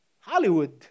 Hollywood